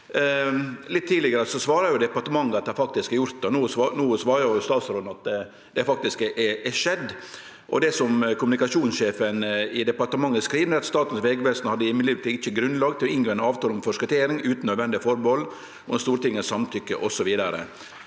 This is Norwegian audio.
Litt tidlegare svara departementet at dei faktisk har gjort det. No svarar statsråden at det faktisk er skjedd. Det som kommunikasjonssjefen i departementet skriv, er at Statens vegvesen ikkje hadde grunnlag for å inngå ein avtale om forskottering utan nødvendige atterhald om Stortingets samtykke –